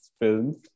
films